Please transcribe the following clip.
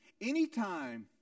Anytime